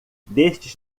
destes